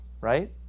right